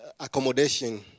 accommodation